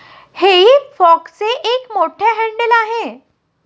हेई फॉकचे एक मोठे हँडल आहे